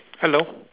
hello